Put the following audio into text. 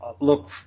look